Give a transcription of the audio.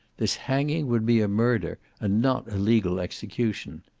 this hanging would be a murder, and not a legal execution.